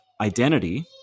identity